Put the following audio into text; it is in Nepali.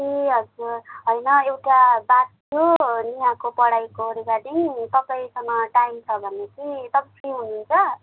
ए हजुर होइन एउटा बात थियो नेहाको पढाइको रिगार्डिङ तपाईँसँग टाइम छ भने चाहिँ तपाईँ फ्री हुनुहुन्छ